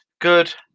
good